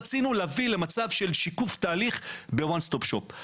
רצינו להביא למצב של שיקוף תהליך ב-one stop shop.